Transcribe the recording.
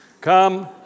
Come